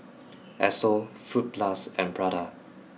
Esso Fruit Plus and Prada